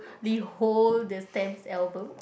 behold the stamp album